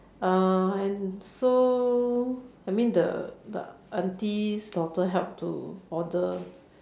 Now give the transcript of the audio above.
uh and so I mean the the aunty's daughter help to order